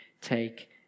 take